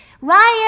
Ryan